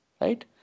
right